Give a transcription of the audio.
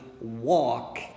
walk